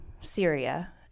Syria